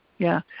yeah,